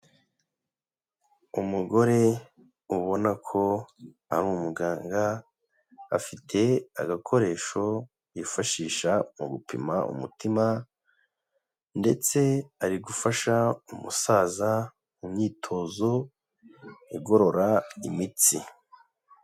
Umugore ubona ko ari umuganga, afite agakoresho yifashisha mu gupima umutima ndetse ari gufasha umusaza mu myitozo igorora imitsi.